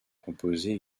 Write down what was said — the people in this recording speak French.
composées